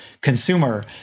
consumer